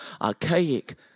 archaic